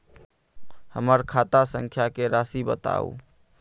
हमर खाता संख्या के राशि बताउ